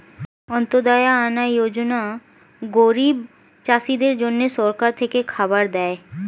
অন্ত্যদায়া আনা যোজনা গরিব চাষীদের জন্য সরকার থেকে খাবার দেয়